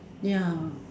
ya